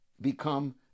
become